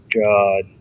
God